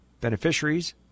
Beneficiaries